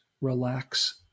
relax